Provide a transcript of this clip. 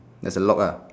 there's a lock ah